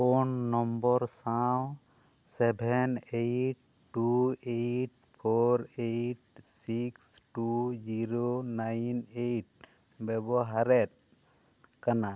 phone number ᱥᱟᱶ seven eight two eight four eight ᱥᱤᱥ two zero nine eight ᱵᱮᱵᱚᱦᱟᱨᱮᱫ ᱠᱟᱱᱟ